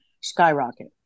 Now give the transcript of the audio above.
skyrocket